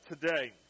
today